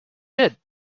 did